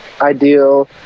ideal